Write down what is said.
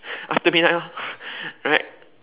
after midnight right